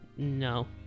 no